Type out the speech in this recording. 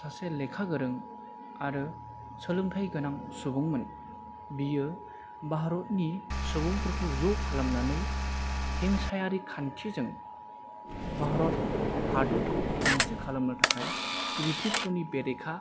सासे लेखा गोरों आरो सोलोंथाइ गोनां सुबुंमोन बियो भारतनि सुबुंफोरखौ ज' खालामनानै अहिंसायारि खान्थिजों भारत हादरखौ उदांस्रि खालामनो थाखाय ब्रिटिसफोरनि बेरेखा